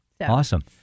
Awesome